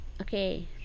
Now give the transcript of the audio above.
Okay